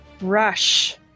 rush